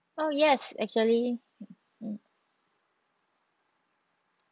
oh yes actually